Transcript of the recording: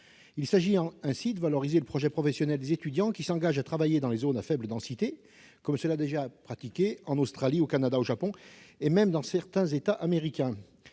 Il s'agit ainsi de valoriser le projet professionnel des étudiants qui s'engagent à travailler dans les zones à faible densité, comme cela se pratique en Australie, au Canada, au Japon et même dans certains États américains.